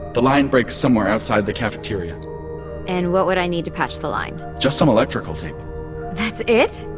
the line breaks somewhere outside the cafeteria and what would i need to patch the line? just some electrical tape that's it?